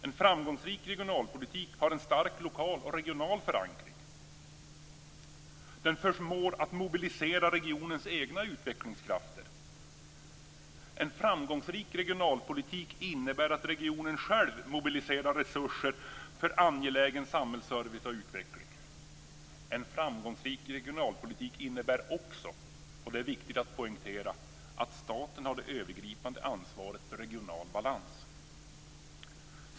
En framgångsrik regionalpolitik har en stark lokal och regional förankring. Den förmår att mobilisera regionens egna utvecklingskrafter. En framgångsrik regionalpolitik innebär att regionen själv mobiliserar resurser för angelägen samhällsservice och utveckling. En framgångsrik regionalpolitik innebär också, och det är viktigt att poängtera detta, att staten har det övergripande ansvaret för den regionala balansen.